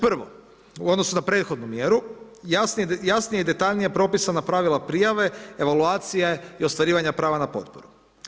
Prvo, u odnosu na prethodnu mjeru, jasnije i detaljnije propisana pravila prijave, evaluacije i ostvarivanje prava na potporu.